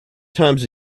times